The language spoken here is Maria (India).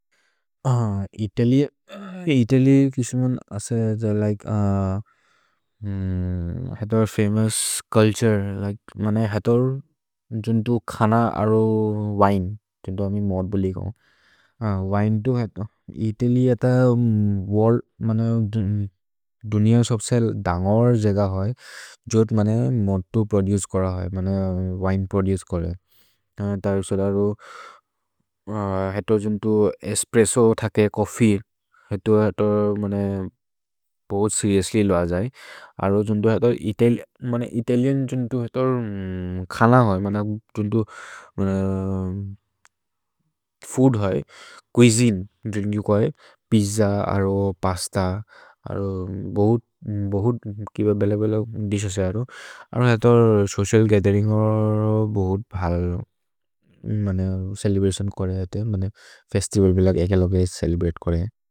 इतलिए किʃउमुन् असे लके हतर् फमोउस् चुल्तुरे, लके मनए हतर् जुन्तु खन अरो विने, जुन्तु अमे मोद् बोलि कौन्। विने तु हत, इतलिए अत वोर्ल्द्, मनए दुनिअ सप्स दन्गोर् जेग होइ, जोद् मनए मोद् तु प्रोदुचे कोर होइ, मनए विने प्रोदुचे कोरे। तरि सोद् अरो, हत जुन्तु एस्प्रेस्सो थके चोफ्फी, हत मनए पोद् सेरिओउस्ल्य् लोअ जै, अरो जुन्तु हत इतलिए, मनए इतलिए जुन्तु हत खन होइ, मनए जुन्तु फूद् होइ, चुइसिने द्रिन्क् होइ, पिज्ज अरो पस्त, अरो बहुत् के भेले भेले दिशेस् अरो, अरो हतर् सोचिअल् गथेरिन्ग् अरो बहुत् भल्, मनए चेलेब्रतिओन् कोरे हत, मनए फेस्तिवल् भेले एक् अलोगे चेलेब्रते कोरे।